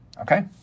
Okay